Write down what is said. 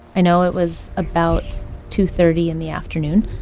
i know it was about two thirty in the afternoon.